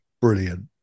brilliant